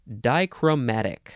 dichromatic